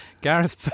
Gareth